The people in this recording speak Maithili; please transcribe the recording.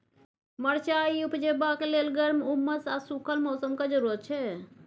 मरचाइ उपजेबाक लेल गर्म, उम्मस आ सुखल मौसमक जरुरत छै